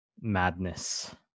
madness